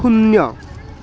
শূন্য